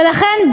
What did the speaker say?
ולכן,